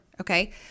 okay